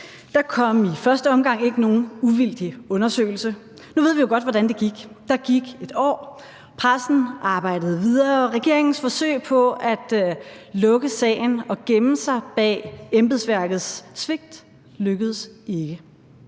Der kom i første omgang ikke nogen uvildig undersøgelse. Nu ved vi jo godt, hvordan det gik. Der gik et år, pressen arbejdede videre, og regeringens forsøg på at lukke sagen og gemme sig bag embedsværkets svigt lykkedes ikke.